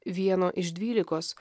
vieno iš dvylikos